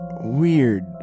weird